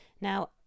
Now